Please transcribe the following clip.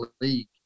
League